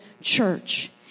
church